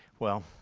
well,